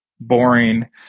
boring